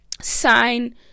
sign